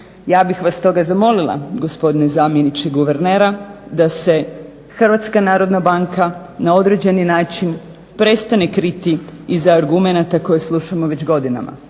Ja bih vas stoga zamolila, gospodine zamjeniče guvernera, da se HNB na određeni način prestane kriti iza argumenata koje slušamo već godinama.